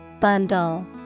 Bundle